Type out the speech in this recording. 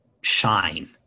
shine